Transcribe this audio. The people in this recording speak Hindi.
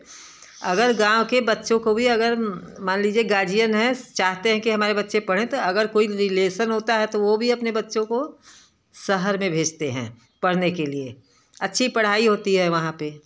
अगर गाँव के बच्चों को भी अगर मान लीजिए गार्जियन हैं चाहते हैं कि हमारे बच्चे पढ़ें तो अगर कोई रिलेसन होता है तो वे भी अपने बच्चों को शहर में भेजते हैं पढ़ने के लिए अच्छी पढ़ाई होती है वहाँ पर